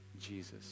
Jesus